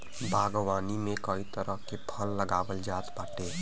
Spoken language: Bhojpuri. बागवानी में कई तरह के फल लगावल जात बाटे